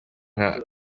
nka